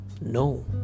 No